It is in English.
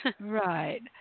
right